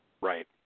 Right